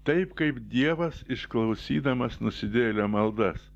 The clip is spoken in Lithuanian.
taip kaip dievas išklausydamas nusidėjėlio maldas